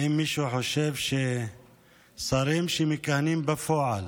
האם מישהו חושב ששרים שמכהנים בפועל